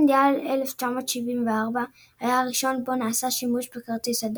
מונדיאל 1974 היה הראשון בו נעשה שימוש בכרטיס האדום.